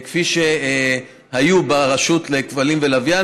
כפי שהיו ברשות לכבלים ולוויין,